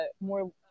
More